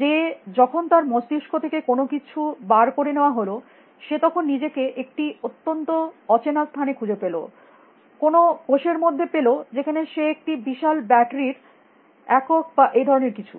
যে যখন তার মস্তিস্ক থেকে কোনো কিছু বার করে নেওয়া হল সে তখন নিজেকে একটি অত্যন্ত অচেনা স্থানে খুঁজে পেল কোনো কোষের মধ্যে পেল যেখানে সে একটি বিশাল ব্যাটারী র একক বা এই ধরনের কিছু